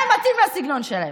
זה מתאים לסגנון שלהם.